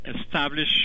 establish